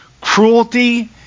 cruelty